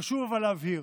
עם כל זאת חשוב להבהיר: